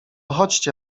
chodźcie